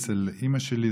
אצל אימא שלי,